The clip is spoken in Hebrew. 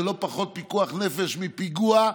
זה לא פחות פיקוח נפש מפיגוע.